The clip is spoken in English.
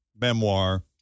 memoir